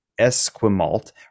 Esquimalt